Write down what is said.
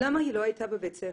למה היא לא הייתה בבית הספר?